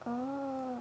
oh